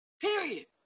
Period